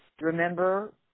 Remember